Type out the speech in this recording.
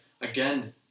again